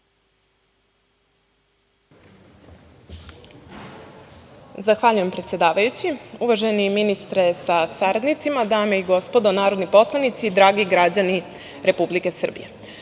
Zahvaljujem, predsedavajući. Uvaženi ministre sa saradnicima, dame i gospodo narodni poslanici, dragi građani Republike Srbije,